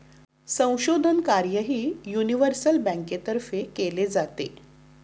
संशोधन कार्यही युनिव्हर्सल बँकेतर्फे केले जाते